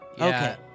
Okay